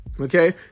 Okay